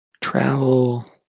travel